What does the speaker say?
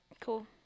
Cool